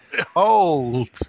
Hold